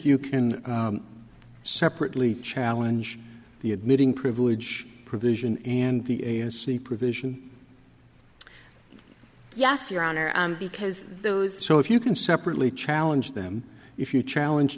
you can separately challenge the admitting privilege provision and the provision yes your honor because those so if you can separately challenge them if you challenge